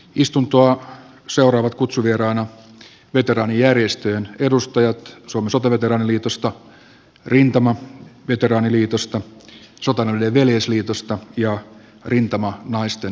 istuntoa seuraavat kutsuvieraina veteraanijärjestöjen edustajat suomen sotaveteraaniliitosta rintamaveteraaniliitosta sotainvalidien veljesliitosta ja rintamanaisten liitosta